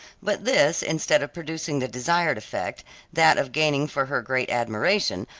but this, instead of producing the desired effect that of gaining for her great admiration,